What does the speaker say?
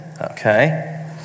Okay